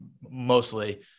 mostly